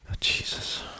Jesus